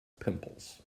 pimples